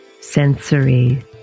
sensory